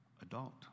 adult